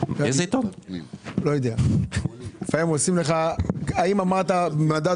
לפעמים עושים לך מדד,